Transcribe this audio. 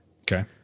Okay